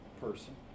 person